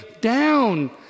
Down